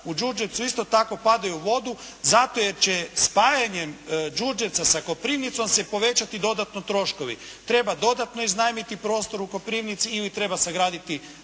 u Đurđevcu isto tako padaju u vodu zato jer će spajanjem Đurđevca sa Koprivnicom se povećati dodatno troškovi. Treba dodatno iznajmiti prostor u Koprivnici ili treba sagraditi